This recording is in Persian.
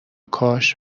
کاشت